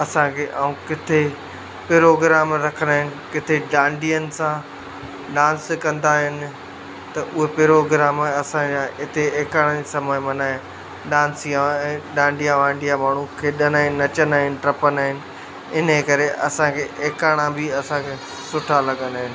असांखे ऐं किथे प्रोग्राम रखंदा आहिनि किथे डांडीअनि सां डांस कंदा आहिनि त उहे प्रोग्राम असां हिते एकाणे समय मनाया डांस या डांडीआ वांडीआ माण्हू खेॾंदा आहिनि नचंदा आहिनि टपंदा आहिन इने करे एकाणा बि असांखे सुठा लॻंदा आहिनि